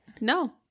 No